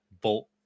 bolt